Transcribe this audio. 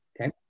Okay